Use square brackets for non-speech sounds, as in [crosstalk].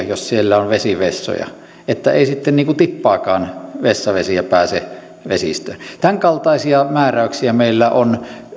[unintelligible] jos siellä on vesivessoja että ei sitten tippaakaan vessavesiä pääse vesistöön tämänkaltaisia määräyksiä meillä on